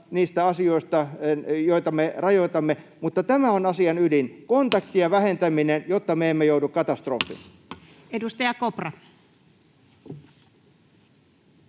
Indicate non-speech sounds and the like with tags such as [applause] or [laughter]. niistä asioista, joita me rajoitamme, mutta tämä on asian ydin: [noise] kontaktien vähentäminen, jotta me emme joudu katastrofiin. [Speech 11]